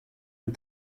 and